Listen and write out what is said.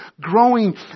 growing